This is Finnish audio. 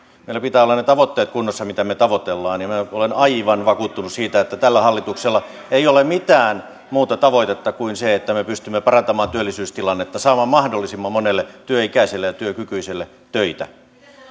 tavoitteiden pitää olla meillä kunnossa mitä me tavoittelemme ja minä olen aivan vakuuttunut siitä että tällä hallituksella ei ole mitään muuta tavoitetta kuin se että me pystymme parantamaan työllisyystilannetta saamaan mahdollisimman monelle työikäiselle ja työkykyiselle töitä